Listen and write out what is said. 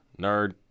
nerd